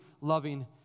loving